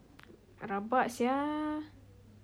rabak [sial]